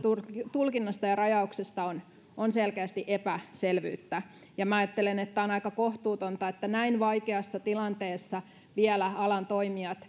tulkinnasta ja rajauksesta on on selkeästi epäselvyyttä ajattelen että tämä on aika kohtuutonta että näin vaikeassa tilanteessa alan toimijat